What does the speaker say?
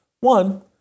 One